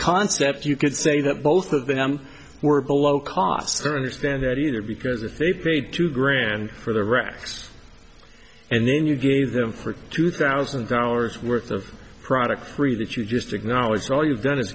concept you could say that both of them were below cost and understand that either because if they paid two grand for the rx and then you gave them for two thousand dollars worth of product three that you just acknowledged all you've done i